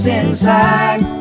inside